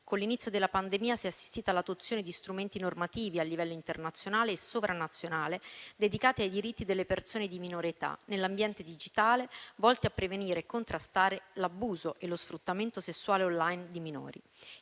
Con l'inizio della pandemia si è assistito all'adozione di strumenti normativi a livello internazionale e sovranazionale dedicati ai diritti delle persone di minore età nell'ambiente digitale, volti a prevenire e contrastare l'abuso e lo sfruttamento sessuale *online* di minori,